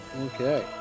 Okay